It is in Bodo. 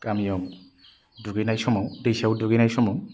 गामियाव दुगैनाय समाव दैसायाव दुगैनाय समाव